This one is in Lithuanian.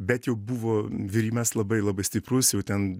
bet jau buvo virimas labai labai stiprus jau ten